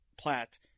Platt